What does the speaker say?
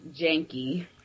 janky